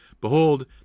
behold